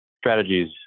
strategies